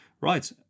Right